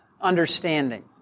understanding